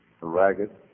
ragged